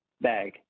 bag